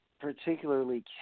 particularly